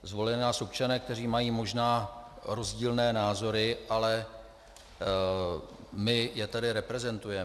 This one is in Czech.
Zvolili nás občané, kteří mají možná rozdílné názory, ale my je tady reprezentujeme.